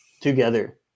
together